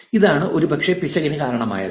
ഇതാണ് ഒരുപക്ഷേ പിശകിന് കാരണമായത്